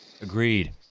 Agreed